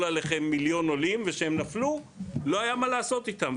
עליכם מיליון עולים וכשהם נפלו לא היה מה לעשות איתם.